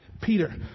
Peter